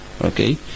Okay